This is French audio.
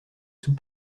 sous